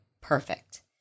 perfect